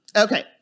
Okay